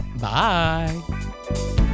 Bye